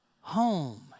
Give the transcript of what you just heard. home